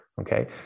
Okay